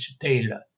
Taylor